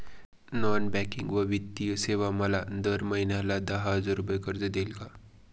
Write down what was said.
Non banking व वित्तीय सेवा मला दर महिन्याला दहा हजार रुपये कर्ज देतील का?